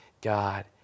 God